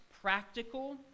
practical